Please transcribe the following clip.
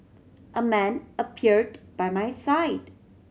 a man appeared by my side